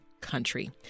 country